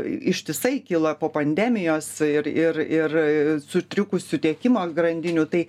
ištisai kilo po pandemijos ir ir ir sutrikusių tiekimo grandinių tai